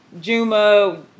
Juma